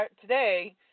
today